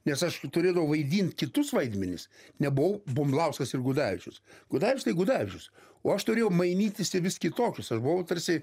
nes aš turėdavau vaidint kitus vaidmenis nebuvau bumblauskas ir gudavičius gudavičius tai gudavičius o aš turėjau mainytis į vis kitokius aš buvau tarsi